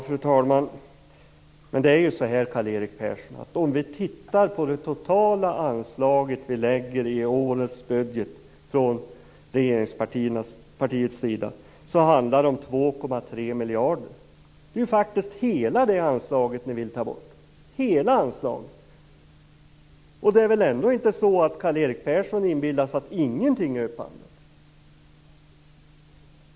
Fru talman! Om vi tittar på det totala anslaget som regeringspartiet föreslår i årets budget, Karl-Erik Persson, handlar det om 2,3 miljarder. Det är faktiskt hela det anslaget ni vill ta bort. Det är väl ändå inte så att Karl-Erik Persson inbillar sig att ingenting är upphandlat?